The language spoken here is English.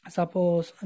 Suppose